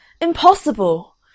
Impossible